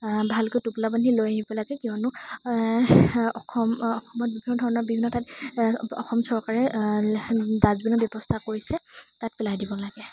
ভালকৈ টোপোলা বান্ধি লৈ আহিব লাগে কিয়নো অসম অসমত বিভিন্ন ধৰণৰ বিভিন্ন ঠাইত অসম চৰকাৰে ডাষ্টবিনৰ ব্যৱস্থা কৰিছে তাত পেলাই দিব লাগে